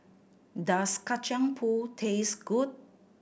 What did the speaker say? does Kacang Pool taste good